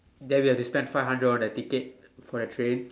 that we have to spend five hundred on the ticket for the train